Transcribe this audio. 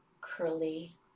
curly